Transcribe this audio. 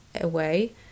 away